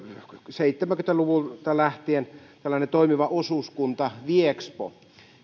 seitsemänkymmentä luvulta lähtien tällainen toimiva osuuskunta kuin viexpo